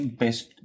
best